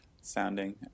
sounding